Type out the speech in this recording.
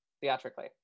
theatrically